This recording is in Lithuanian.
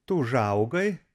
tu užaugai